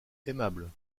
aimable